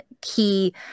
key